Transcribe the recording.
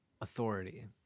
authority